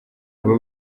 aba